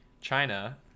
china